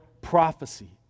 prophecy